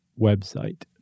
website